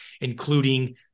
including